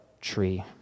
tree